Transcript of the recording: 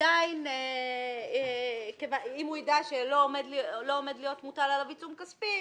אם הוא יידע שלא עומד להיות מוטל עליו עיצום כספי,